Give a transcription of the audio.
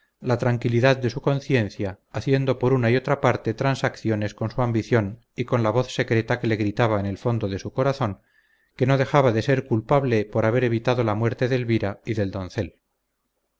la tranquilidad de su conciencia haciendo por una y otra parte transacciones con su ambición y con la voz secreta que le gritaba en el fondo de su corazón que no dejaba de ser culpable por haber evitado la muerte de elvira y del doncel